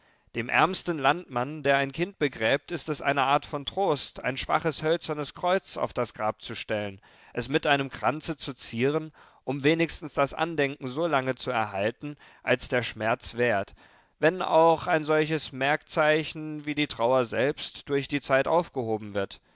dem ärmsten landmann der ein kind begräbt ist es eine art von trost ein schwaches hölzernes kreuz auf das grab zu stellen es mit einem kranze zu zieren um wenigstens das andenken so lange zu erhalten als der schmerz währt wenn auch ein solches merkzeichen wie die trauer selbst durch die zeit aufgehoben wird